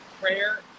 prayer